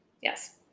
Yes